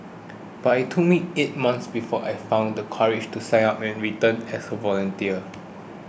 but it took me eight months before I found the courage to sign up and return as a volunteer